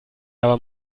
aber